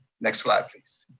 next slide please.